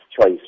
choice